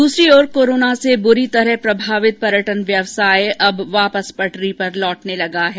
द्सरी ओर कोराना से बुरी तरह प्रभावित पर्यटन व्यवसाय वापस पटरी पर लौटने लगा है